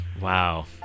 Wow